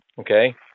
Okay